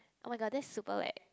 oh-my-god that's super like